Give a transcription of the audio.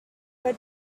but